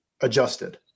adjusted